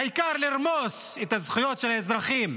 העיקר לרמוס את הזכויות של האזרחים,